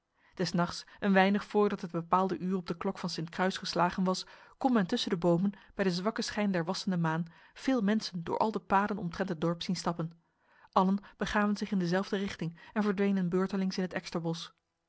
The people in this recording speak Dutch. des nachts een weinig voor dat het bepaalde uur op de klok van st kruis geslagen was kon men tussen de bomen bij de zwakke schijn der wassende maan veel mensen door al de paden omtrent het dorp zien stappen allen begaven zich in dezelfde richting en verdwenen beurtelings in het